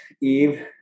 Eve